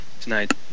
Tonight